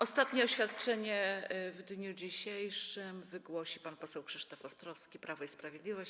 Ostatnie oświadczenie w dniu dzisiejszym wygłosi pan poseł Krzysztof Ostrowski, Prawo i Sprawiedliwość.